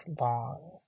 long